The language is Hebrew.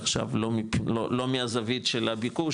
עכשיו לא מהזווית של הביקוש,